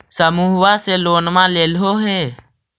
समुहवा से लोनवा लेलहो हे?